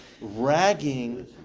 ragging